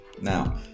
now